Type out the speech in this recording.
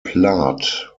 plath